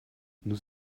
nous